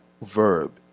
verb